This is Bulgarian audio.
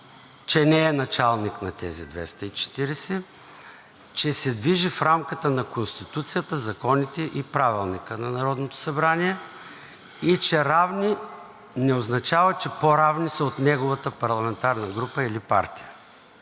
че не е началник на тези 240, че се движи в рамките на Конституцията, законите и Правилника на Народното събрание и че равни не означава, че по-равни са от неговата парламентарна група или партия.